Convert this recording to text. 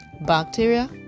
bacteria